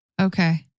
Okay